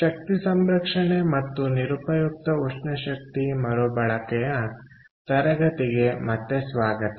ಶಕ್ತಿ ಸಂರಕ್ಷಣೆ ಮತ್ತು ನಿರುಪಯುಕ್ತ ಉಷ್ಣ ಶಕ್ತಿ ಮರುಬಳಕೆಯ ತರಗತಿಗೆ ಮತ್ತೆ ಸ್ವಾಗತ